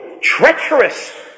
treacherous